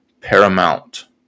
paramount